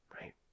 Right